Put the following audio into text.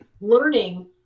learning